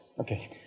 Okay